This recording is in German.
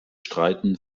streiten